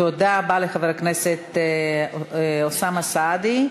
תודה רבה לחבר הכנסת אוסאמה סעדי.